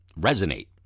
resonate